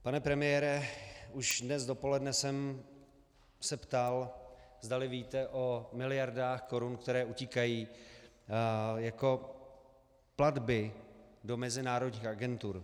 Pane premiére, už dnes dopoledne jsem se ptal, zdali víte o miliardách korun, které utíkají jako platby do mezinárodních agentur.